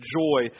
joy